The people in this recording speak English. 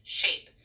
shape